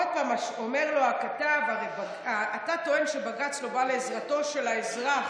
עוד פעם אומר לו הכתב: "אתה טוען שבג"ץ לא בא לעזרתו של האזרח,